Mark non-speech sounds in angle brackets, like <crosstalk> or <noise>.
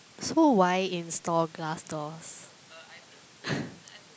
so why install glass doors <breath>